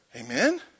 Amen